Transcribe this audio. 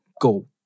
go